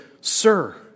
Sir